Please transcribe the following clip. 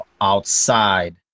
outside